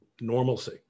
normalcy